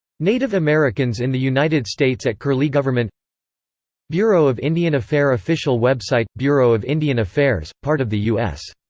native americans in the united states at curliegovernment bureau of indian affair official website bureau of indian affairs, part of the u s.